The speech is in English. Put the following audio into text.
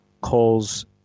calls